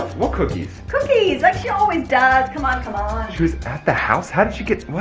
ah what cookies? cookies, like she always does. come on, come on. she was at the house? how did she get? what?